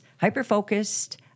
hyper-focused